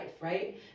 right